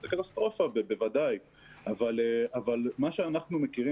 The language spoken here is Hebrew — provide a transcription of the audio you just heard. זה קטסטרופה בוודאי אבל מה שאנחנו מכירים